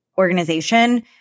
organization